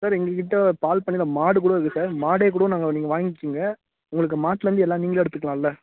sir எங்கள் கிட்டே பால் பண்ணையில் மாடு கூட இருக்குது சார் மாடே கூட நாங்கள் நீங்கள் வாங்கிக்கங்க உங்களுக்கு மாட்டிலேருந்து எல்லா நீங்களே எடுத்துக்கலாம்லே